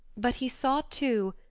but he saw, too,